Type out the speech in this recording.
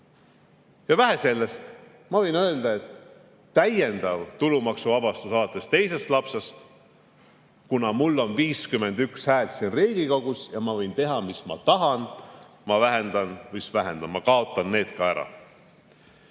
Ja vähe sellest! Ma võin öelda, et täiendav tulumaksuvabastus alates teisest lapsest – kuna mul on 51 häält siin Riigikogus ja ma võin teha, mis ma tahan –, ma vähendan … Mis vähendan? Ma kaotan selle ka ära!